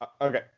okay